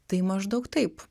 tai maždaug taip